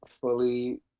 fully